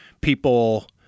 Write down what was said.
people